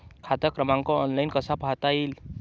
खाते क्रमांक ऑनलाइन कसा पाहता येईल?